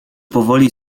powoli